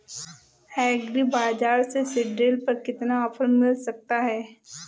Agree Bazaar से seed drill पर कितना ऑफर मिल सकता है?